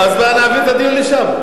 אז נעביר את הדיון לשם.